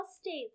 states